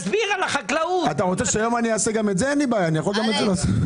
אני לא כל כך מבין.